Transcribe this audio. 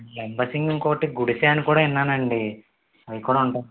లంబసింగి ఇంకోటి గుడిసె అని కూడా విన్నాను అండి అవి కూడా ఉంటాయా